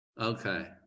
Okay